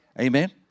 Amen